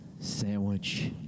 sandwich